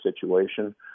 situation